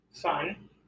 fun